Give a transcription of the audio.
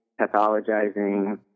pathologizing